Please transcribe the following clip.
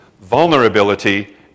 vulnerability